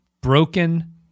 broken